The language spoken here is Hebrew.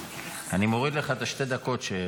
אני מוריד לך את שתי הדקות.